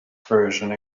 version